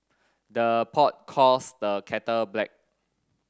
the pot calls the kettle black